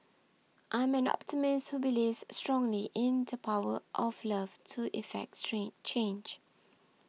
I'm an optimist who believes strongly in the power of love to effect change